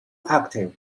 active